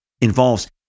involves